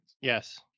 Yes